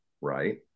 right